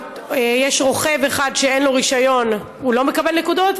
יש רוכב אחד שאין לו רישיון והוא לא מקבל נקודות,